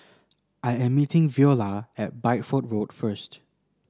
I am meeting Veola at Bideford Road first